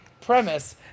premise